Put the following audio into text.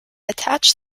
attach